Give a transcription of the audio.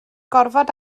gorfod